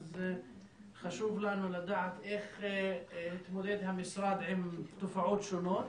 אז חשוב לנו לדעת איך התמודד המשרד עם תופעות שונות